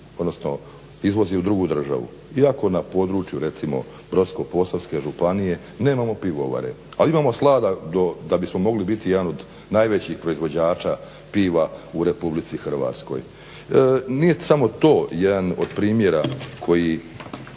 odnosno izvozi u drugu državu, iako na području recimo Brodsko-posavske županije nemamo pivovare, ali imamo slada da bismo mogli biti jedan od najvećih proizvođača piva u Republici Hrvatskoj. Nije samo to jedan od primjera kojim